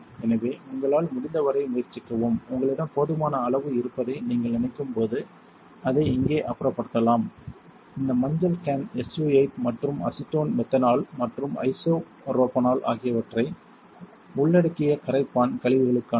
எனவே உங்களால் முடிந்தவரை முயற்சிக்கவும் உங்களிடம் போதுமான அளவு இருப்பதாக நீங்கள் நினைக்கும் போது அதை இங்கே அப்புறப்படுத்தலாம் இந்த மஞ்சள் கேன் SU 8 மற்றும் அசிட்டோன் மெத்தனால் மற்றும் ஐசோப்ரோபனால் ஆகியவற்றை உள்ளடக்கிய கரைப்பான் கழிவுகளுக்கானது